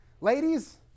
Ladies